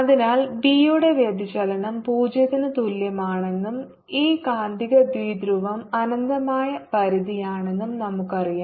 അതിനാൽ ബി യുടെ വ്യതിചലനം 0 ന് തുല്യമാണെന്നും ഈ കാന്തിക ദ്വിധ്രുവം അനന്തമായ പരിധിയാണെന്നും നമുക്കറിയാം